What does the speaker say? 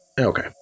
Okay